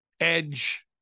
Edge